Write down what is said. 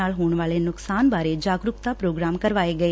ਨਾਲ ਹੋਣ ਵਾਲੇ ਨੁਕਸਾਨ ਬਾਰੇ ਜਾਗਰੁਕਤਾ ਪ੍ਰੋਗਰਾਮ ਕਰਵਾਏ ਗਏ